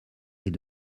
est